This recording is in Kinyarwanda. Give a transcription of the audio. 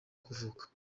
kuvuka